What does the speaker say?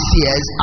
years